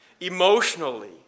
emotionally